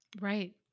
Right